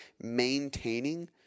maintaining